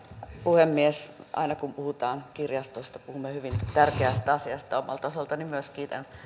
puhemies aina kun puhutaan kirjastoista puhumme hyvin tärkeästä asiasta omalta osaltani myös kiitän